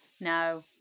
no